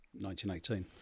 1918